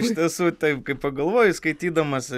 iš tiesų taip kaip pagalvoji skaitydamas